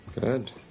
Good